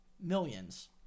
millions